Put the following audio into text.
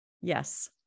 Yes